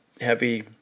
heavy